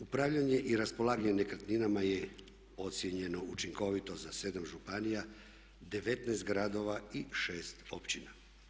Upravljanje i raspolaganje nekretninama je ocijenjeno učinkovito za 7 županija, 19 gradova i 6 općina.